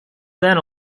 then